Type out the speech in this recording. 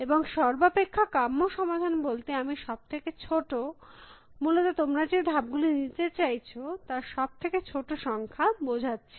এবং সর্বাপেক্ষা কাম্য সমাধান বলতে আমি সব থেকে ছোটো মূলত তোমরা যে ধাপ গুলি নিতে চাইছ তার সব থেকে ছোটো সংখ্যা বোঝাচ্ছি